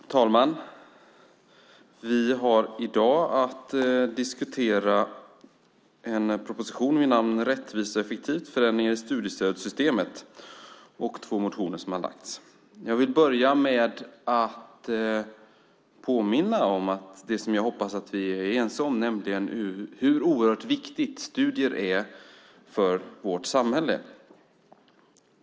Fru talman! Vi ska i dag diskutera propositionen Rättvist och effektivt - förändringar i studiestödssystemet och två motioner som har väckts. Jag vill börja med att påminna om det som jag hoppas att vi är ense om, nämligen hur oerhört viktiga studier är för vårt samhälle.